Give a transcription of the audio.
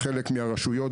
חלק מהרשויות,